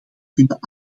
kunnen